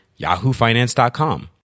yahoofinance.com